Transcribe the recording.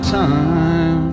time